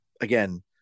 again